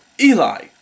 Eli